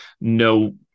no